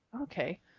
Okay